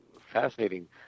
fascinating